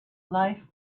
life